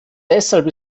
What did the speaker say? deshalb